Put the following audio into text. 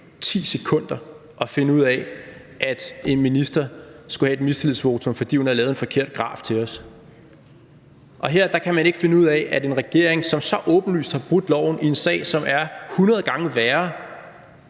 10 sekunder at finde ud af, at en minister skulle have et mistillidsvotum, fordi hun havde lavet en forkert graf til os. Her kan man ikke finde ud af, at en regering, som så åbenlyst har brudt loven i en sag, som er 100 gange værre,